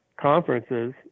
conferences